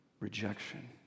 Rejection